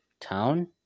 town